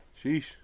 Sheesh